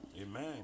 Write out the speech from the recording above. amen